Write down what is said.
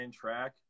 track